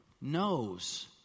knows